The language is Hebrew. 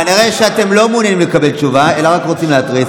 כנראה שאתם לא מעוניינים לקבל תשובה אלא רק רוצים להתריס,